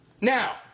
Now